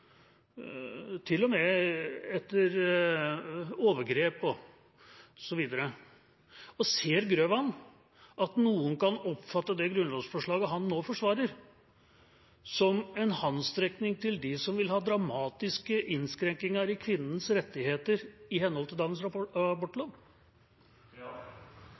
Ser representanten Grøvan at noen kan oppfatte det grunnlovsforslaget han nå forsvarer, som en håndsrekning til dem som vil ha dramatiske innskrenkninger i kvinnens rettigheter i henhold til dagens abortlov?